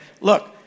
look